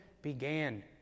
Began